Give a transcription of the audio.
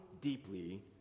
deeply